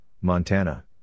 Montana